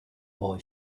boy